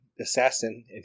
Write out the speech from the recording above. assassin